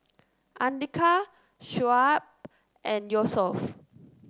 Andika Shoaib and Yusuf